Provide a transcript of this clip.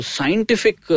Scientific